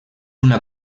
una